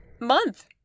month